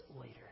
later